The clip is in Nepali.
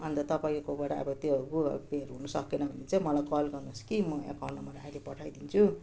अन्त तपाईँकोबाट अब त्यो गुगल पेहरू हुनसकेन भने चाहिँ मलाई कल गर्नुहोस् कि म एकाउन्ट नम्बर अहिले पठाइदिन्छु